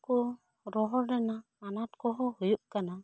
ᱠᱚ ᱨᱚᱦᱚᱲ ᱨᱮᱱᱟᱜ ᱟᱸᱱᱟᱴ ᱠᱚᱦᱚᱸ ᱦᱩᱭᱩᱜ ᱠᱟᱱᱟ